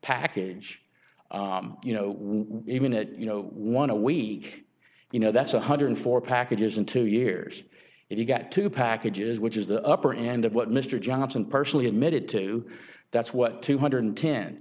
package you know even at you know one a week you know that's one hundred and four packages in two years if you got two packages which is the upper end of what mr johnson personally admitted to that's what two hundred and ten